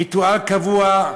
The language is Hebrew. ריטואל קבוע,